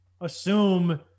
assume